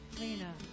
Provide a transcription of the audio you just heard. Lena